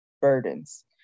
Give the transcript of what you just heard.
burdens